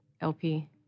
LP